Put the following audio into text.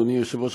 אדוני היושב-ראש,